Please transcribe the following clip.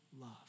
love